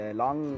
long